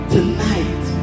Tonight